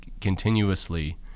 continuously